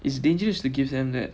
it's dangerous to give them that